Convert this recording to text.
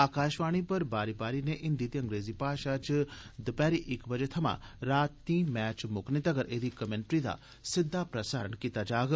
आकाषवाणी पर बारी बारी नै हिन्दी ते अंग्रेजी भाशा इच दपैहरी इक बजे थमां रातीं मैच मुक्कने तक्कर एहदी कमेंटरी दा सीधा प्रसारण कीता जाग